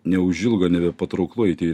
neužilgo nebepatrauklu eiti į